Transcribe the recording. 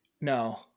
No